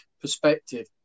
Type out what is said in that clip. perspective